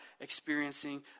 experiencing